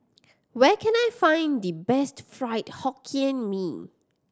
where can I find the best Fried Hokkien Mee